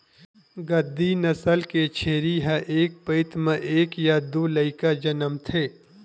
गद्दी नसल के छेरी ह एक पइत म एक य दू लइका जनमथे